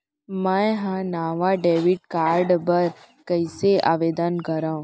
मै हा नवा डेबिट कार्ड बर कईसे आवेदन करव?